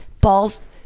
Balls